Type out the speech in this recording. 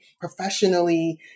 professionally